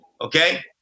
Okay